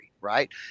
Right